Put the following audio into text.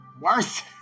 worse